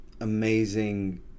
amazing